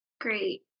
Great